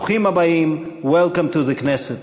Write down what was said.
ברוכים הבאים, Welcome to the Knesset.